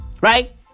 Right